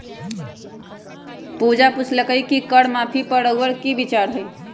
पूजा पुछलई कि कर माफी पर रउअर कि विचार हए